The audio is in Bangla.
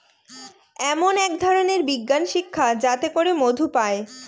এমন এক ধরনের বিজ্ঞান শিক্ষা যাতে করে মধু পায়